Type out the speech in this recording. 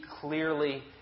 clearly